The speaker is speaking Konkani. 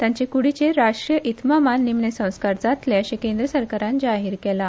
तांचे कुडीचेर राष्ट्रीय इतमामान निमणे संस्कार जातले अशे केंद्र सरकारांन जाहीर केला